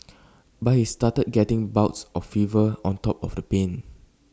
but he started getting bouts of fever on top of the pain